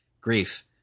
grief